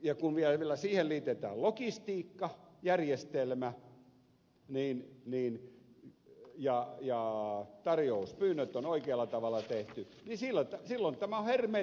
ja kun vielä siihen liitetään logistiikkajärjestelmä ja tarjouspyynnöt on oikealla tavalla tehty niin silloin tämä on hermeettisesti suljettu